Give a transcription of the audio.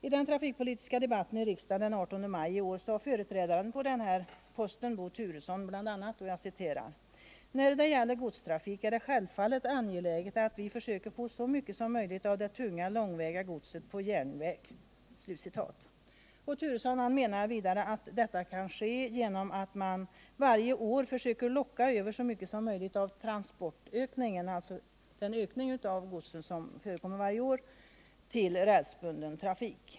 I den trafikpolitiska debatten i riksdagen den 18 maj i år sade företrädaren på den här posten, Bo Turesson, bl.a.: ”När det gäller godstrafiken är det självfallet angeläget att vi försöker få så mycket som möjligt av det tunga, långväga godset på järnväg.” Bo Turesson menade vidare att detta kan ske genom att man varje år försöker locka över så mycket som möjligt av transportökningen, dvs. den ökning av gods som förekommer varje år, till rälsbunden trafik.